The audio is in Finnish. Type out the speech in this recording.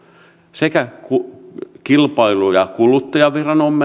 sekä kilpailu ja kuluttajaviranomaisten